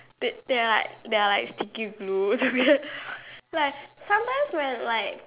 they they are like they are like sticky glue together like sometimes when like